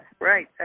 Right